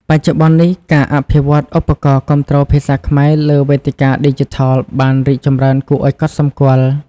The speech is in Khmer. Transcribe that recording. បច្ចុប្បន្ននេះ ការអភិវឌ្ឍឧបករណ៍គាំទ្រភាសាខ្មែរលើវេទិកាឌីជីថលបានរីកចម្រើនគួរឱ្យកត់សម្គាល់។